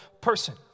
person